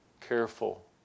careful